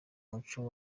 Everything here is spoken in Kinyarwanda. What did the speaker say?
muco